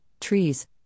trees